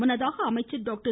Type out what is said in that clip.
முன்னதாக அமைச்சர் டாக்டர்